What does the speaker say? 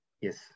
Yes